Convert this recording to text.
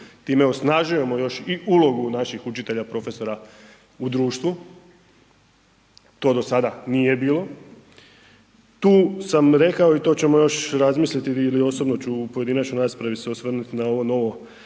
Time osnažujemo još i ulogu naših učitelja, profesora u društvu, to do sada nije bilo. Tu sam rekao i to ćemo još razmisliti ili osobno ću se u pojedinačnoj raspravi osvrnuti na ovo novo